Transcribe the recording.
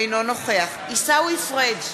אינו נוכח עיסאווי פריג'